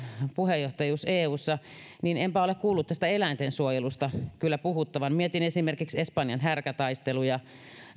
puheenjohtajuus eussa mutta enpä ole kuullut eläintensuojelusta kyllä puhuttavan mietin esimerkiksi espanjan härkätaisteluja